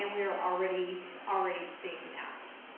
and we are already already seeing that.